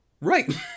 Right